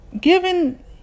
Given